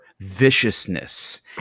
viciousness